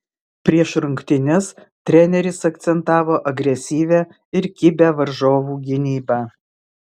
prieš rungtynes treneris akcentavo agresyvią ir kibią varžovų gynybą